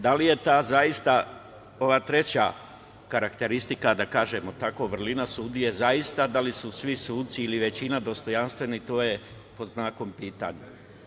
Da li je ova treća karakteristika, da kažemo tako, vrlina sudije, zaista, da li su svi suci ili većina dostojanstveni, to je pod znakom pitanja.